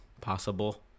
possible